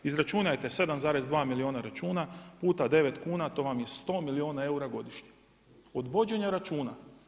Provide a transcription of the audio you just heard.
Izračunajte 7,2 milijuna računa puta 9kn to vam je 100 milijuna eura godišnje od vođenja računa.